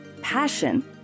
passion